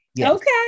okay